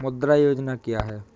मुद्रा योजना क्या है?